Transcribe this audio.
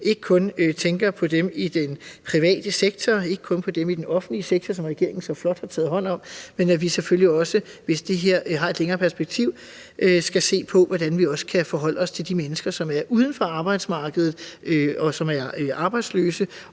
ikke kun tænker på dem i den private sektor og heller ikke kun på dem i den offentlige sektor, som regeringen så flot har taget hånd om. Vi skal selvfølgelig også, hvis det her har et længere perspektiv, se på, hvordan vi kan forholde os til de mennesker, som er uden for arbejdsmarkedet, og som er arbejdsløse,